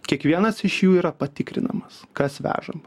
kiekvienas iš jų yra patikrinamas kas vežama